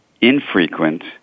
infrequent